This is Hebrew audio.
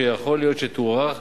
שיכול להיות שתוארך